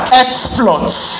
exploits